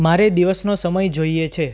મારે દિવસનો સમય જોઈએ છે